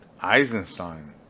Eisenstein